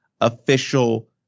official